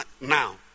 Now